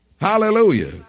Hallelujah